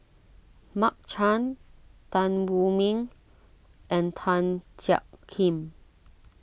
Mark Chan Tan Wu Meng and Tan Jiak Kim